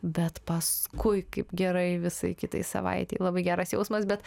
bet paskui kaip gerai visai kitai savaitei labai geras jausmas bet